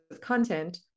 content